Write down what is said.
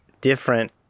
different